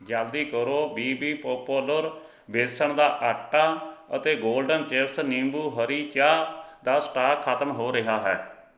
ਜਲਦੀ ਕਰੋ B B popular ਬੇਸਨ ਦਾ ਆਟਾ ਅਤੇ ਗੋਲਡਨ ਚਿਪਸ ਨਿੰਬੂ ਹਰੀ ਚਾਹ ਦਾ ਸਟਾਕ ਖਤਮ ਹੋ ਰਿਹਾ ਹੈ